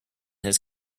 his